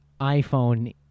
iPhone